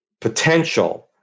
potential